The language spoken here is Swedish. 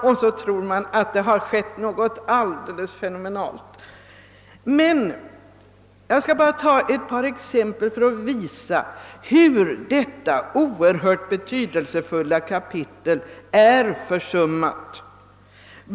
Man tror att det därigenom skett något alldeles fenomenalt. Jag skall ta ett par exempel för att visa hur detta oerhört betydelsefulla kapitel försummas.